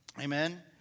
Amen